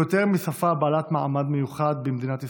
יותר משפה בעלת מעמד מיוחד במדינת ישראל,